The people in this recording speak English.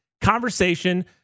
conversation